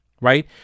right